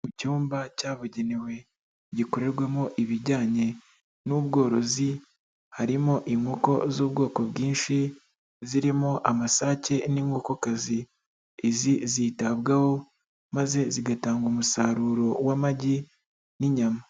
Mu cyumba cyabugenewe gikorerwamo ibijyanye n'ubworozi, harimo inkoko z'ubwoko bwinshi, zirimo amasake n'inkokokazi, izi zitabwaho maze zigatanga umusaruro w'amagi n'inyama.